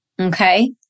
okay